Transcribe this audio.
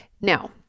Now